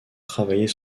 travailler